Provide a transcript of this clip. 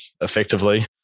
effectively